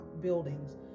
buildings